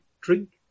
drink